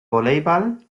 volleyball